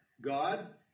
God